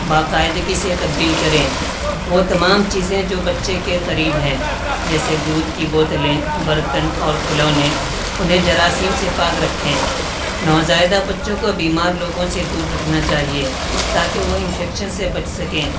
باقاعدگی سے تبدیل کریں وہ تمام چیزیں جو بچے کے قریب ہیں جیسے دودھ کی بوتلیں برتن اور کھلونے انہیں جراثیم سے پاک رکھیں نو زائیدہ بچوں کو بیمار لوگوں سے دور رکھنا چاہیے تاکہ وہ انفکیشن سے بچ سکیں